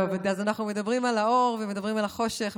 טוב, אז אנחנו מדברים על האור ומדברים על החושך.